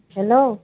hello